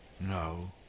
No